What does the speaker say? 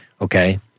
okay